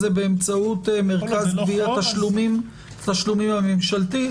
זה באמצעות מרכז תשלומים הממשלתי,